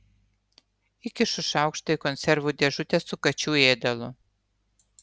įkišu šaukštą į konservų dėžutę su kačių ėdalu